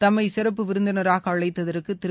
தம்மை சிறப்பு விருந்தினராக அழைத்ததற்கு திரு